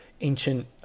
ancient